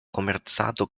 komercado